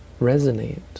resonate